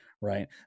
Right